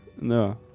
No